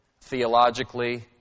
theologically